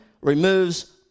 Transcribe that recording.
removes